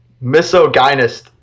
Misogynist